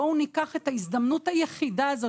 בואו ניקח את ההזדמנות היחידה הזו.